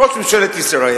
ראש ממשלת ישראל,